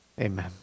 amen